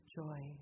joy